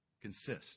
Consist